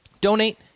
donate